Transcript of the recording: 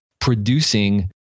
producing